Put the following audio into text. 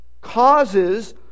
causes